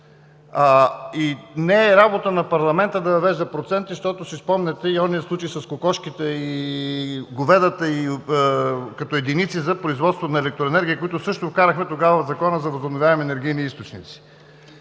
Не е работа на парламента да въвежда проценти, защото си спомняте и онзи случай с кокошките и говедата като единица за производство на електроенергия, които също вкарахме тогава в Закона за възобновяеми енергийни източници.